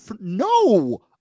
No